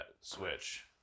switch